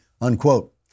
unquote